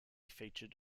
featured